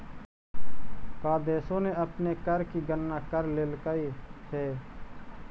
का देशों ने अपने कर की गणना कर लेलकइ हे